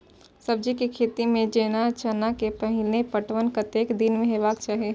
सब्जी के खेती में जेना चना के पहिले पटवन कतेक दिन पर हेबाक चाही?